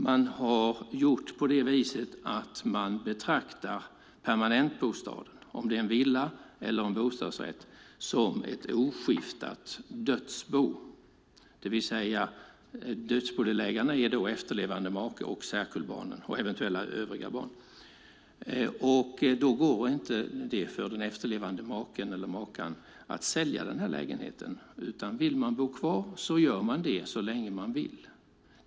Man betraktar där permanentbostaden - en villa eller en bostadsrätt - som ett oskiftat dödsbo. Dödsbodelägarna är då efterlevande make eller maka, särkullbarnen och eventuella övriga barn. Den efterlevande maken eller makan kan då inte sälja lägenheten, utan om man vill bo kvar gör man det så länge man vill.